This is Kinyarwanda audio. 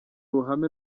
ruhame